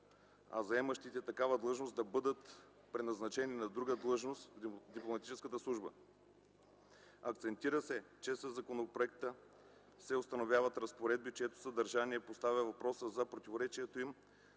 а заемащите такава длъжност да бъдат преназначени на друга длъжност в дипломатическата служба. Акцентира се, че със законопроекта се установяват разпоредби, чието съдържание поставя въпроса за противоречието им